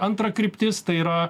antra kryptis tai yra